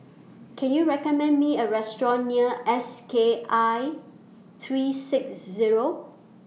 Can YOU recommend Me A Restaurant near S K I three six Zero